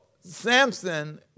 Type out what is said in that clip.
Samson